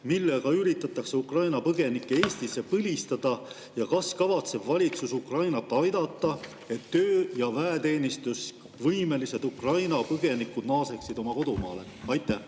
millega üritatakse Ukraina põgenikke Eestis põlistada, ja kas valitsus kavatseb Ukrainat aidata, et töö‑ ja väeteenistusvõimelised Ukraina põgenikud naaseksid oma kodumaale? Aitäh!